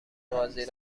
قاضی